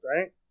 right